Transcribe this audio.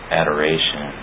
adoration